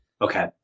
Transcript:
Okay